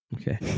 Okay